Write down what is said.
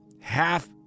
half